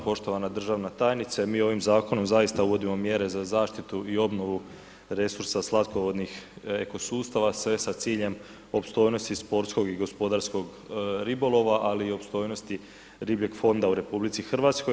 Poštovana državna tajnice, mi ovim zakonom zaista uvodimo mjere za zaštitu i obnovu resursa slatkovodnih eko sustava, sve sa ciljem opstojnosti i sportskog i gospodarskog ribolova, ali i opstojnosti ribljeg fonda u RH.